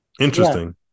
interesting